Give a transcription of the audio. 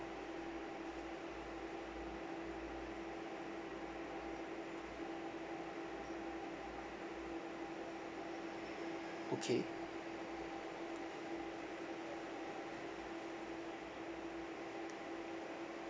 okay